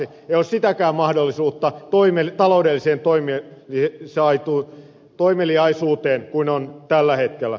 ei ole sitäkään mahdollisuutta taloudelliseen toimeliaisuuteen kuin on tällä hetkellä